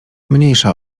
mniejsza